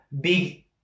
big